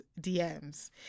DMs